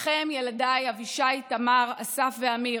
לכם, ילדיי אבישי, תמר, אסף ואמיר,